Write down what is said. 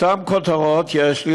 אותן כותרות יש לי,